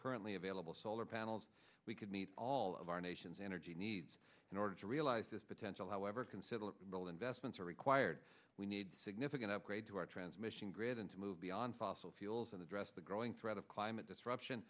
currently available solar panels we could meet all of our nation's energy needs in order to realize this potential however considerable investments are required we need significant upgrade to our transmission grid and to move beyond fossil fuels that address the growing threat of climate